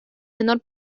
menor